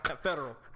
federal